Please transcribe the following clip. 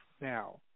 now